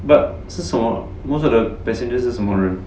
but 是什么 most of the passengers 是什么人